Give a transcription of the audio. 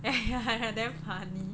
ya ya ya damn funny